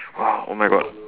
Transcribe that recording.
!whoa! oh my god